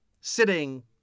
sitting